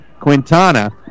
Quintana